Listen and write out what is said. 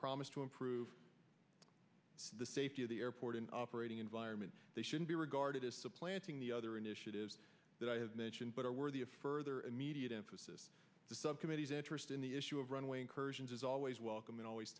promise to improve the safety of the airport and operating environment they should be regarded as supplanting the other initiatives that i have mentioned but are worthy of further immediate emphasis the subcommittee's interest in the issue of runway incursions is always welcome and always